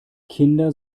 kinder